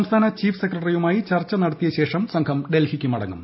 സംസ്ഥാന ചീഫ് സെക്രട്ടറിയുമായി ചർച്ച നടത്തിയ ശേഷം സംഘം ഡൽഹിയിക്ക് മടങ്ങും